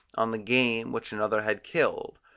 on the game which another had killed,